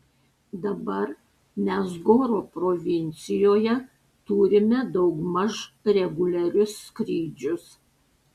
dabar mes goro provincijoje turime daugmaž reguliarius skrydžius